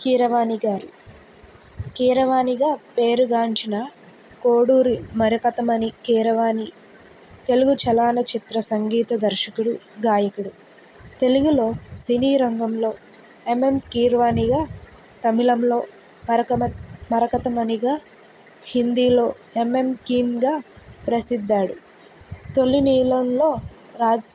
కీరవాణి గారు కీరవాణిగా పేరుగాంచిన కోడూరి మరకతమణి కీరవాణి తెలుగు చలనచిత్ర సంగీత దర్శకుడు గాయకుడు తెలుగులో సినీరంగంలో ఎమ్ఎమ్ కీరవాణిగా తమిళంలో మరకత మరకతమణిగా హిందీలో ఎమ్ఎమ్ క్వీన్గా ప్రసిద్దాడు తొలి నీలంలో రాజ్